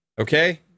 okay